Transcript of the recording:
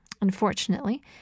Unfortunately